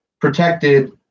protected